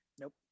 Nope